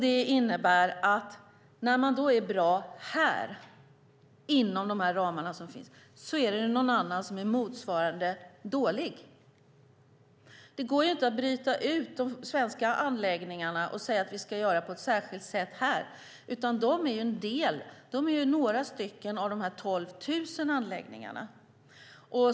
Det innebär att när man är bra här, inom de ramar som finns, är det någon annan som är motsvarande dålig. Det går inte att bryta ut de svenska anläggningarna och säga att vi ska göra på ett särskilt sätt här, utan de är en del - de är några stycken - av dessa 12 000 anläggningar.